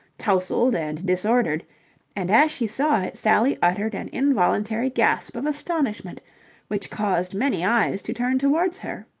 tousled and disordered and, as she saw it, sally uttered an involuntary gasp of astonishment which caused many eyes to turn towards her.